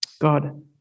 God